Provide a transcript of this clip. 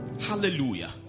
hallelujah